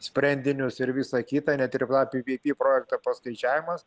sprendinius ir visa kita net ir tą pypypy projekto paskaičiavimas